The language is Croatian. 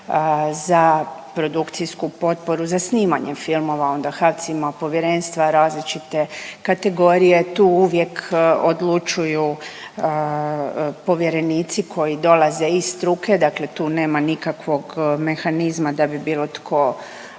za produkcijsku potporu za snimanje filmova, onda HAC ima povjerenstva različite kategorije. Tu uvijek odlučuju povjerenici koji dolaze iz struke, dakle tu nema nikakvog mehanizma da bi bilo tko